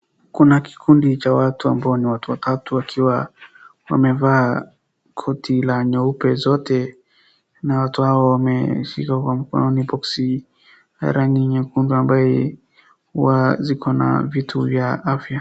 Kuna kikundi cha watu ambao ni watu watatu wakiwa wamevaa koti la nyeupe zote na watu hawa wameshika kwa mkononi boksi ya rangi nyekundu ambaye huwa ziko na vitu vya afya.